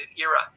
era